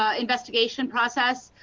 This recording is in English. ah investigation process,